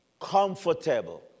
comfortable